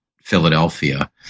Philadelphia